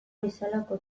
bezalako